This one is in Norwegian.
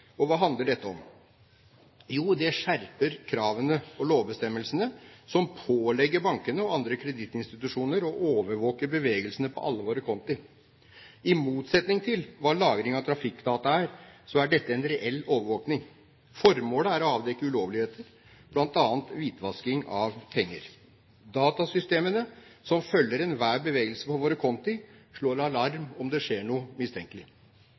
direktivet. Hva handler dette om? Jo, det skjerper kravene og lovbestemmelsene som pålegger bankene og andre kredittinstitusjoner å overvåke bevegelsene på alle våre konti. I motsetning til hva lagring av trafikkdata er, er dette en reell overvåking. Formålet er å avdekke ulovligheter, bl.a. hvitvasking av penger. Datasystemene som følger enhver bevegelse på våre konti, slår alarm om det skjer noe mistenkelig.